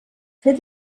fer